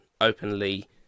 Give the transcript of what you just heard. openly